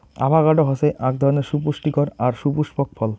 avocado হসে আক ধরণের সুপুস্টিকর আর সুপুস্পক ফল